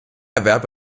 erwarb